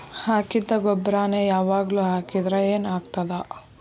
ಹಾಕಿದ್ದ ಗೊಬ್ಬರಾನೆ ಯಾವಾಗ್ಲೂ ಹಾಕಿದ್ರ ಏನ್ ಆಗ್ತದ?